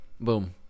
boom